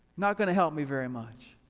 not gonna help me very much.